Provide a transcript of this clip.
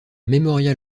mémorial